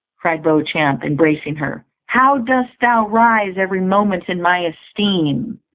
cried beauchamp, embracing her, how dost thou rise every moment in my esteem.